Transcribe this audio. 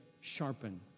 sharpen